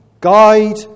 guide